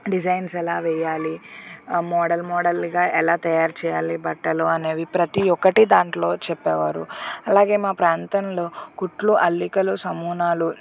designs ఎలా వేయాలి model మోడల్గా ఎలా తయారు చేయాలి బట్టలు అనేవి ప్రతి ఒక్కటి దాంట్లో చెప్పేవారు అలాగే మా ప్రాంతంలో కుట్లు అల్లికలు నమూనాలు